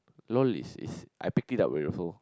lol is is I picked it up also